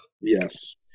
Yes